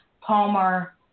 Palmer